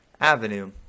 avenue